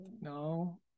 no